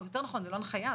או יותר נכון זו לא הנחיה,